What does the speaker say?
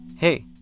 Hey